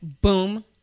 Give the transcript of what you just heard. boom